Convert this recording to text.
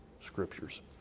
Scriptures